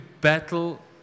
battle